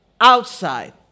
Outside